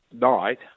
night